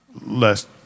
less